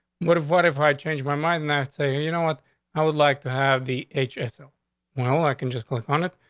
what if what if i change my mind? that's a you know what i would like to have the h s l well, i can just click on it.